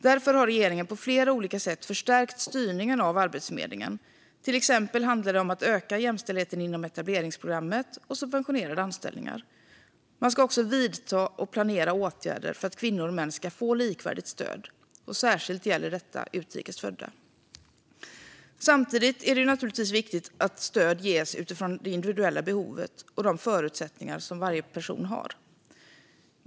Därför har regeringen på flera olika sätt förstärkt styrningen av Arbetsförmedlingen. Till exempel handlar det om att öka jämställdheten inom etableringsprogrammet och subventionerade anställningar. Man ska också vidta och planera åtgärder för att kvinnor och män ska få likvärdigt stöd, särskilt gäller detta utrikes födda. Samtidigt är det viktigt att stöd ges utifrån individuella behov och de förutsättningar som varje person har.